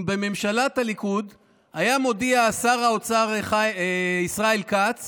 אם בממשלת הליכוד היה מודיע שר האוצר ישראל כץ